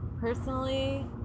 Personally